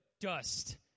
dust